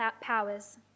powers